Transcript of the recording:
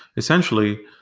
essentially,